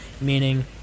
Meaning